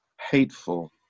hateful